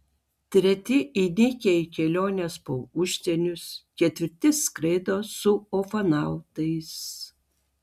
treti įnikę į keliones po užsienius ketvirti skraido su ufonautais